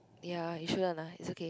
yea it shouldn't lah it's okay